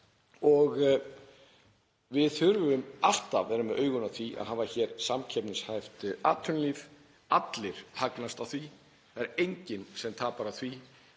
og við þurfum alltaf að vera með augun á því að hafa hér samkeppnishæft atvinnulíf. Allir hagnast á því. Það er enginn sem tapar á því